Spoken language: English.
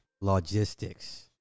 logistics